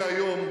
חבר הכנסת חסון,